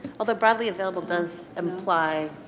although broadly available does imply